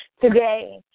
today